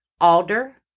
alder